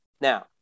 Now